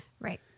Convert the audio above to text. Right